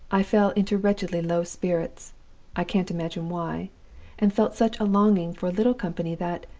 i fell into wretchedly low spirits i can't imagine why and felt such a longing for a little company that,